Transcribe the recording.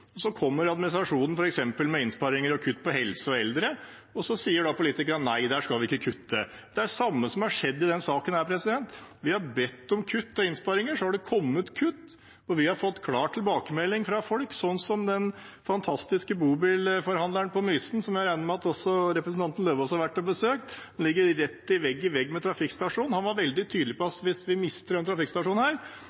så kommer administrasjonen med f.eks. innsparinger og kutt på helse og eldre, og da sier politikerne nei, der skal vi ikke kutte. Det er det samme som har skjedd i denne saken. Vi har bedt om kutt og innsparinger, så har det kommet kutt, og vi har fått klare tilbakemeldinger fra folk. Den fantastiske bobilforhandleren på Mysen, som har forretningen sin vegg i vegg med trafikkstasjonen, og som jeg regner med at representanten Lauvås har vært og besøkt, var veldig tydelig på at hvis de mister trafikkstasjonen